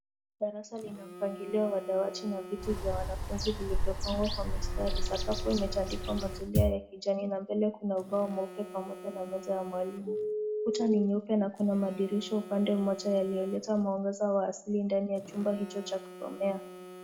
Darasa lina mpangilio wa dawati na viti vya mwanafunzi vilivyopangwa kwa mistari. Sakafu limetandikwa zulia la kijani na mbele kuna ubao mweupe pamoja na meza ya mwalimu. Kuta ni mweupe na kuna madirisha upande mmoja yanayoleta mwanga wa asili ndani ya chumba hicho cha kusomea.